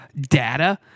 data